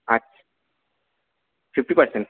আচ্ছা fifty percent